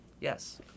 yes